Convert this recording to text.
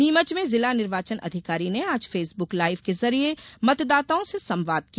नीमच में जिला निर्वाचन अधिकारी ने आज फेसबुक लाइव के जरिये मतदाताओं से संवाद किया